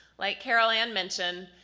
like caroline mentioned,